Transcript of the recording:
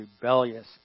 rebellious